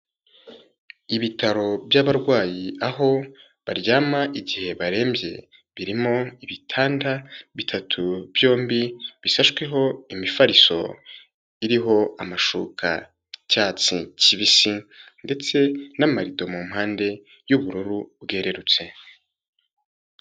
Ibitaro by'abarwayi aho baryama igihe barembye, birimo ibitanda bitatu byombi bishashweho imifariso iriho amashuka y'icyatsi kibisi ndetse n'amarido mu mpande y'ubururu bwererutse.